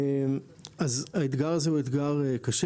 כמונו, האתגר הזה קשה